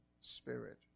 spirit